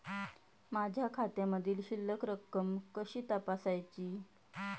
माझ्या खात्यामधील शिल्लक रक्कम कशी तपासायची?